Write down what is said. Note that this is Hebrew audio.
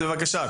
שנייה.